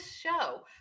show